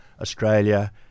Australia